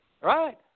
Right